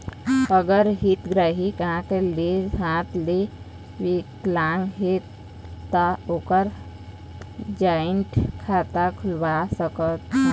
अगर हितग्राही आंख ले हाथ ले विकलांग हे ता ओकर जॉइंट खाता खुलवा सकथन?